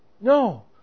No